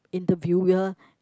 interviewer